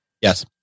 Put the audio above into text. Yes